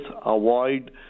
avoid